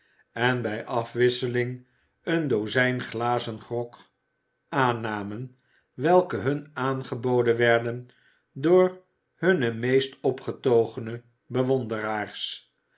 en bij afwisseling een dozijn glazen grog aannamen welke hun aangeboden werden door hunne meest